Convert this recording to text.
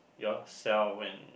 yourself and